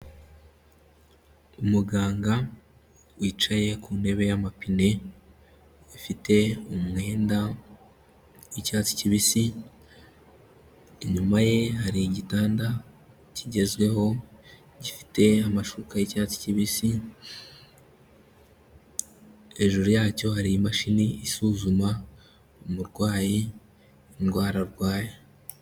Umuganga wicaye ku ntebe y'amapine, ifite umwenda w'icyatsi kibisi, inyuma ye hari igitanda kigezweho gifite amashuka y'icyatsi kibisi, hejuru yacyo hari imashini isuzuma umurwayi indwara arwaye.